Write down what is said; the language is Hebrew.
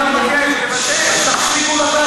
תבטל,